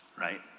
right